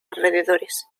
alrededores